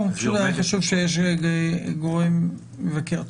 פשוט היה חשוב שיש גורם מבקר.